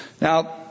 Now